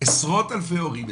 עשרות אלפי הורים,